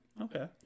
Okay